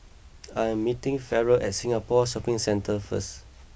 I am meeting Farrell at Singapore Shopping Centre first